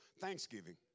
Thanksgiving